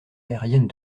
aérienne